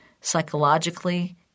psychologically